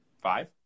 Five